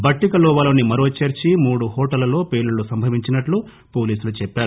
భట్టిక లోవాలోని మరో చర్చి మరో మూడు హోటళ్లలో పేలుళ్లు సంభవించినట్లు పోలీసులు చెప్పారు